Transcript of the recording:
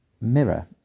mirror